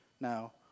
Now